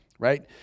Right